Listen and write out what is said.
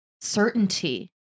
certainty